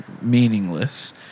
meaningless